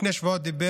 לפני שבוע הוא אמר